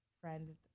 friend